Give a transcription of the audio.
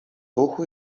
ruchu